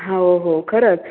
हो हो खरंच